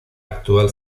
actual